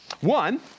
One